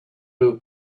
who